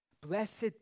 Blessed